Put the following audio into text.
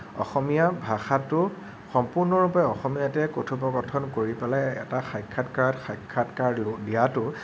অসমীয়া ভাষাটো সম্পূৰ্ণৰূপে অসমীয়াতে কথোপকথন কৰি পেলাই এটা সাক্ষাৎকাৰত সাক্ষাৎকাৰ দিয়াটো